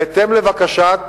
בהתאם לבקשת